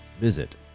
visit